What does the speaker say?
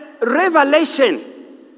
revelation